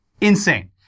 insane